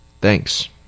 Thanks